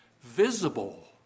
visible